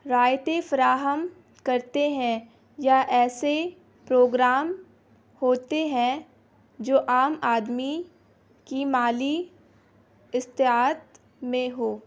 رائتے فراہم کرتے ہیں یا ایسے پروگرام ہوتے ہیں جو عام آدمی کی مالی استطاعت میں ہو